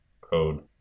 code